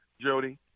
Jody